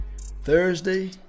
Thursday